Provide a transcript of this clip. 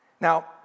Now